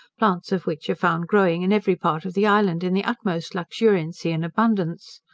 plants of which are found growing in every part of the island in the utmost luxuriancy and abundance.